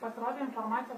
pasirodė informacija